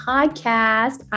Podcast